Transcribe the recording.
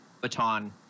baton